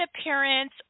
appearance